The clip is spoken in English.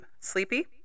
sleepy